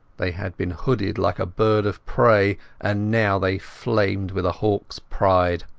they had been hooded like a bird of prey, and now they flamed with a hawkas pride.